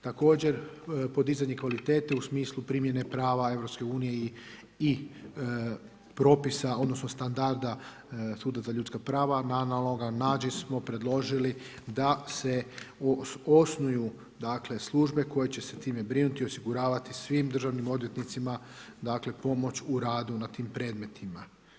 Također podizanje kvalitete u smislu primjene prava Europske unije i propisa, odnosno standarda Suda za ljudska prava na … predložili da se osnuju službe koje će se o tome brinuti i osiguravati svim državnim odvjetnicima pomoć u radu na tim predmetima.